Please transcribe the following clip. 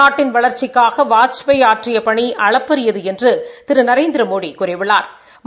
நாட்டின் வளா்ச்சிக்காக வாஜ்பாய் ஆற்றிய பணி அளப்பறியது என்று திருந ரேந்திரமோடி கூறியுள்ளாா்